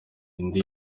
indi